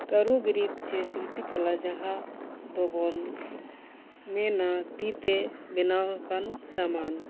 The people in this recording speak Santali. ᱠᱟᱨᱩ ᱵᱤᱨᱤᱫ ᱡᱮ ᱥᱤᱞᱯᱤ ᱠᱟᱞᱟ ᱡᱟᱦᱟᱸ ᱫᱚᱵᱚᱱ ᱢᱮᱱᱟ ᱛᱤ ᱛᱮ ᱵᱮᱱᱟᱣ ᱟᱠᱟᱱ ᱥᱟᱢᱟᱱ